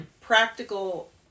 Practical